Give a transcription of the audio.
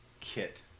kit